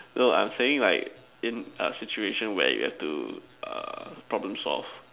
no I'm saying like in a situation where you have to err problem solve